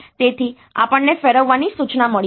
તેથી આપણને ફેરવવાની સૂચના મળી છે